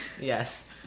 yes